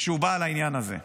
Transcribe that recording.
כשהיא באה על העניין הזה.